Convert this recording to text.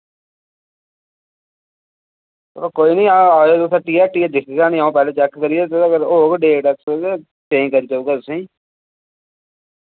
चलो कोई नि आयो तुस हट्टियै हट्टियै दिक्खगा नि आऊं पैह्ले चैक करियै जे अगर होग डेट चेंज करी देऊगा तुसें